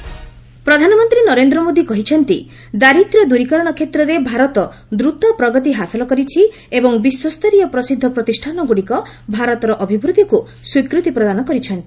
ମନ୍ କି ବାତ୍ ପ୍ରଧାନମନ୍ତ୍ରୀ ନରେନ୍ଦ୍ର ମୋଦି କହିଚ୍ଚନ୍ତି ଦାରିଦ୍ର୍ୟ ଦୂରୀକରଣ କ୍ଷେତ୍ରରେ ଭାରତ ଦ୍ରତ ପ୍ରଗତି ହାସଲ କରିଛି ଏବଂ ବିଶ୍ୱସ୍ତରୀୟ ପ୍ରସିଦ୍ଧ ପ୍ରତିଷ୍ଠାନଗୁଡ଼ିକ ଭାରତର ଅଭିବୃଦ୍ଧିକୁ ସ୍ୱୀକୃତି ପ୍ରଦାନ କରିଛନ୍ତି